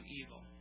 evil